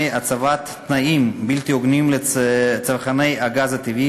הצבת תנאים בלתי הוגנים לצרכני הגז הטבעי,